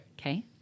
Okay